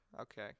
Okay